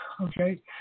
okay